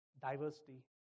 diversity